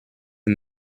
and